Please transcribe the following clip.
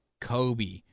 Kobe